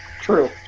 True